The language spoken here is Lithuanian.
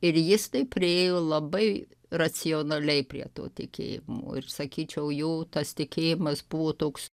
ir jis tai priėjo labai racionaliai prie to tikėjimo ir sakyčiau jo tas tikėjimas buvo toks